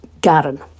garden